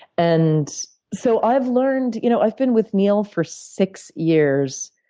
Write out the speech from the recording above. and so i've learned you know i've been with neil for six years,